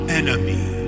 enemy